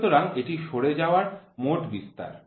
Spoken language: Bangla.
সুতরাং এটি সরে যাওয়ার মোট বিস্তার